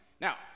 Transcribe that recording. Now